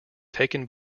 taken